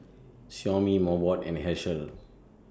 Xiaomi Mobot and Herschel